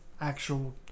actual